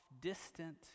distant